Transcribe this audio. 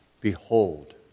behold